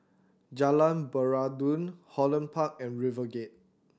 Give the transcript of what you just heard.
Jalan Peradun Holland Park and RiverGate